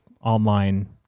online